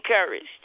encouraged